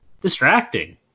distracting